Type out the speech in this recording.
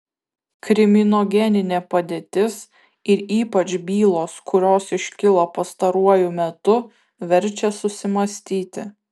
kriminogeninė padėtis ir ypač bylos kurios iškilo pastaruoju metu verčia susimąstyti